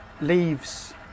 leaves